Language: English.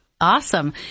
Awesome